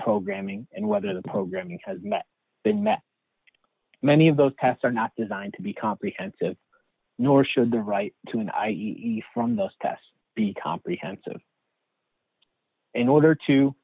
programming and whether the programming has been met many of those tests are not designed to be comprehensive nor should the right to an i e e e from those tests be comprehensive in order to